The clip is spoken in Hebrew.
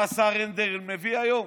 מה השר הנדל מביא היום?